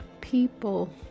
people